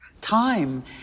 Time